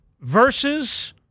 versus